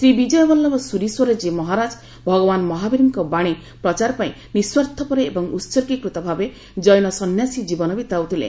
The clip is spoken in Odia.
ଶ୍ରୀ ବିଜୟ ବଲ୍ଲଭ ସୁରିଶ୍ୱରଜୀ ମହାରାଜ ଭଗବାନ୍ ମହାବୀରଙ୍କ ବାଣୀ ପ୍ରଚାର ପାଇଁ ନିଃସ୍ୱାର୍ଥପର ଏବଂ ଉହର୍ଗୀକୃତ ଭାବେ ଜୈନ ସନ୍ନ୍ୟାସୀ ଜୀବନ ବିତାଉ ଥିଲେ